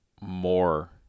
more